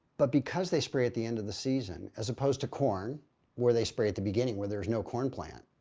but because they spray at the end of the season as opposed to corn where they spray at the beginning where there's no corn plant,